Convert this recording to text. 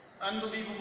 unbelievable